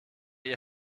ihr